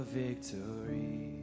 victory